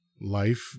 Life